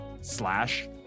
slash